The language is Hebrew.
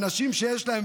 אנשים שיש להם,